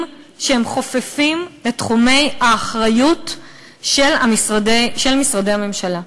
שהם חופפים לתחומי האחריות של משרדי הממשלה.